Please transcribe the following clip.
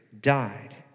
died